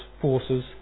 forces